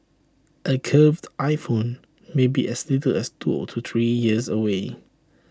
A curved iPhone may be as little as two to three years away